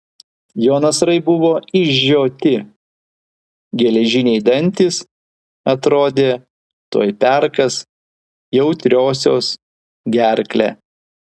jo nasrai buvo išžioti geležiniai dantys atrodė tuoj perkąs jautriosios gerklę